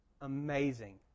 Amazing